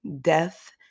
death